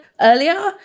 earlier